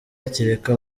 kereka